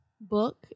book